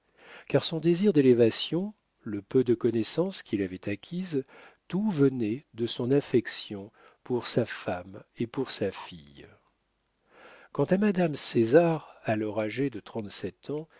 car son désir d'élévation le peu de connaissances qu'il avait acquises tout venait de son affection pour sa femme et pour sa fille quant à madame césar alors âgée de trente-sept ans